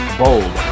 bold